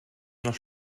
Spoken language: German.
noch